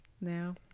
Now